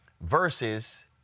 versus